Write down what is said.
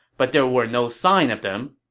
but there were no sign of them.